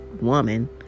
woman